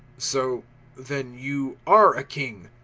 so then you are a king!